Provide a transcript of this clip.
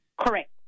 Correct